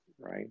right